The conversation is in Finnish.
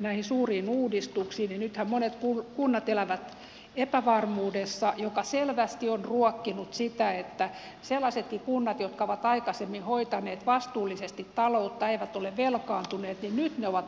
näihin suuriin uudistuksiin niin nythän monet kunnat elävät epävarmuudessa joka selvästi on ruokkinut sitä että sellaisetkin kunnat jotka ovat aikaisemmin hoitaneet vastuullisesti talouttaan ja eivät ole velkaantuneet nyt ovat panneet palamaan